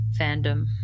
fandom